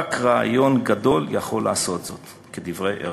רק רעיון גדול יכול לעשות זאת", כדברי הרצל.